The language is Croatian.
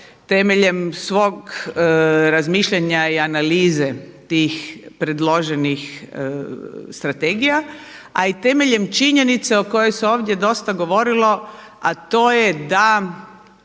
temeljem svog razmišljanja i analize tih predloženih strategija a i temeljem činjenice o kojoj se ovdje dosta govorilo a to je da